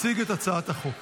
אני קובע כי הצעת חוק